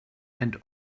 and